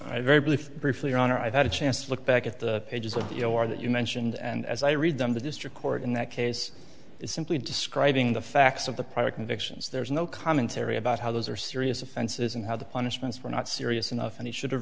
i very brief briefly your honor i've had a chance to look back at the pages of your that you mentioned and as i read them the district court in that case is simply describing the facts of the prior convictions there is no commentary about how those are serious offenses and how the punishments were not serious enough and he should have